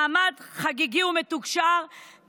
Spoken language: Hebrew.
החדשה במעמד חגיגי ומתוקשר,